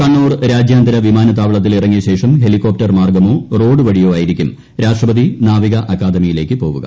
കണ്ണൂർ രാജ്യാന്തര വിമാനത്താവളത്തിൽ ഇറങ്ങിയ ശേഷം ഹെലികോപ്റ്റർ മാർഗമോ റോഡ് വഴിയോ ആയിരിക്കും രാഷ്ട്രപതി നാവിക അക്കാദമിയിലേക്ക് പോകുക